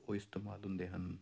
ਉਹ ਇਸਤੇਮਾਲ ਹੁੰਦੇ ਹਨ